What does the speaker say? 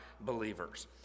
believers